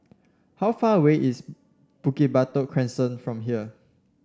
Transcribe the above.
how far away is Bukit Batok Crescent from here